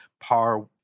par